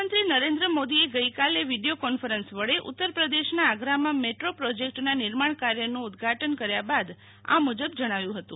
પ્રધાનમંત્રી નરેન્દ્ર મોદીએ ગઈકાલે વીડિયો કોન્ફરન્સ વડે ઉત્તરપ્રદેશા આગ્રામાં મેટ્રો પ્રોજેકટના નિર્માણ કાર્યનુ ઉદઘાટન કર્યા બાદ આ મુજબ જણાવ્યુ હતું